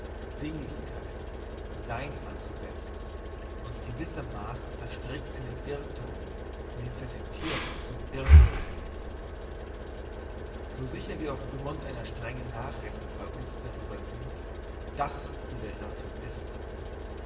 dinglichkeit sein anzusetzen uns gewissermaassen verstrickt in den irrthum necessitirt zum irrthum so sicher wir auf grund einer strengen nachrechnung bei uns darüber sind dass hier der irrthum ist